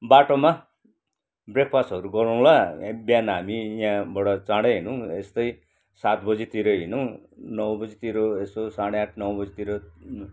बाटोमा ब्रेकफास्टहरू गरउँला बिहान हामी चाँडै हिँडौँ यस्तै सात बजितिर हिँडौँ नौ बजीतिर यसो साढे आठ नौ बजितिर